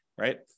right